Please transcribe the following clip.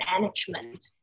management